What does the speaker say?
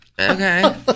Okay